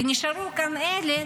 ונשארו כאן אלה